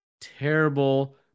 terrible